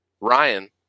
Ryan